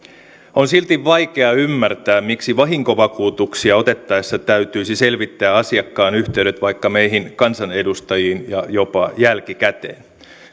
on silti vaikea ymmärtää miksi vahinkovakuutuksia otettaessa täytyisi selvittää asiakkaan yhteydet vaikka meihin kansanedustajiin ja jopa jälkikäteen